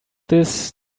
this